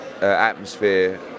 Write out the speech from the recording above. atmosphere